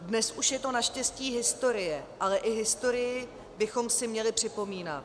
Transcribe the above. Dnes už je to naštěstí historie, ale i historii bychom si měli připomínat.